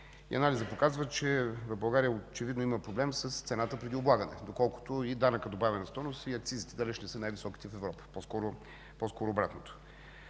Анализът показва, че в България очевидно има проблем с цената преди облагане, доколкото и данъкът добавена стойност, и акцизите далеч не са най-високите в Европа, по-скоро обратното.